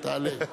תעלה.